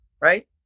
right